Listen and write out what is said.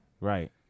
Right